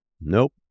Nope